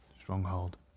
Stronghold